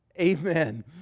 Amen